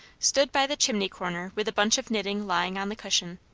stood by the chimney corner with a bunch of knitting lying on the cushion.